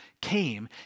came